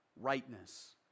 rightness